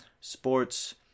sports